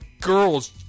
girls